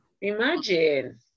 imagine